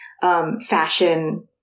Fashion